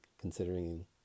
considering